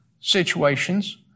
situations